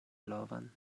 blovon